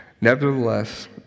Nevertheless